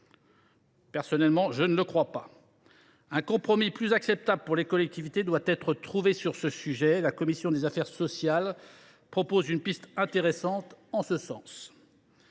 régimes ? Je ne le crois pas. Un compromis plus acceptable pour les collectivités doit être trouvé sur ce sujet. La commission des affaires sociales propose une piste intéressante en ce sens.